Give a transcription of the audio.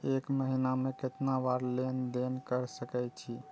एक महीना में केतना बार लेन देन कर सके छी?